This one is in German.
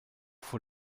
vor